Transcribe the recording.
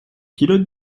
pilote